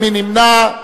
מי נמנע?